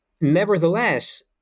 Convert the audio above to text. Nevertheless